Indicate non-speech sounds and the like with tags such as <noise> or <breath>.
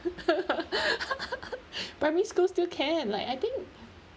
<laughs> <breath> <laughs> <breath> primary school still can like I think